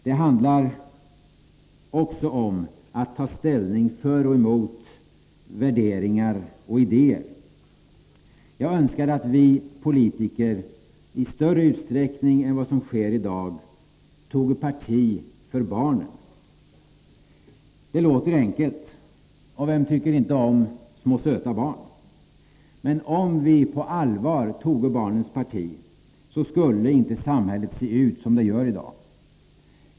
Det handlar också om att ta ställning för och emot värderingar och idéer. Jag önskar att vi politiker i större utsträckning än vi i dag gör toge parti för barnen. Det låter enkelt. Vem tycker inte om små söta barn? Men om vi på allvar toge barnens parti, skulle inte samhället se ut som det i dag gör.